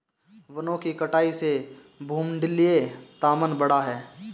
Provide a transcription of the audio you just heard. वनों की कटाई से भूमंडलीय तापन बढ़ा है